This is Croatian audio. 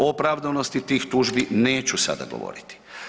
O opravdanosti tih tužbi neću sada govoriti.